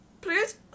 please